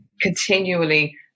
continually